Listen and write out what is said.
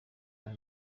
amwe